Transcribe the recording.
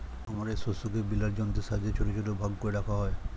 খামারের শস্যকে বেলার যন্ত্রের সাহায্যে ছোট ছোট ভাগ করে রাখা হয়